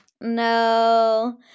No